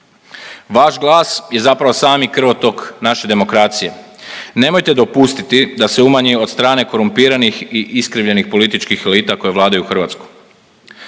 Vaš glas je zapravo sami krvotok naše demokracije. Nemojte dopustiti da se umanji od strane korumpiranih i iskrivljenih političkih elita koje vladaju Hrvatskom,